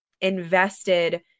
invested